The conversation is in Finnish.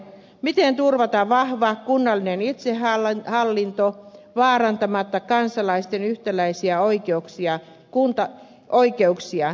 miten turvata vahva kunnallinen itsehallinto vaarantamatta kansalaisten yhtäläisiä oikeuksia